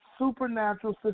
Supernatural